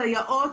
סייעות,